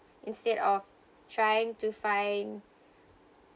instead of trying to find